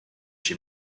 się